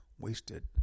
wasted